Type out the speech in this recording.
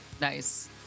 nice